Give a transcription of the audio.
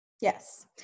Yes